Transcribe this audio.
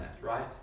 right